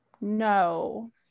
no